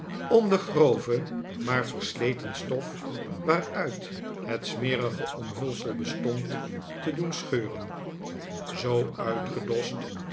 de grove maar versleten stof waaruit het smerige omhulsel bestond te doen scheuren zoo uitgedost